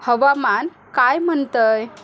हवामान काय म्हणत आहे